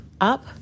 up